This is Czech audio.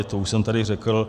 To už jsem tady řekl.